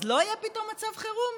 אז לא יהיה פתאום מצב חירום?